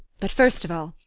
but first of all,